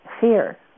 Fear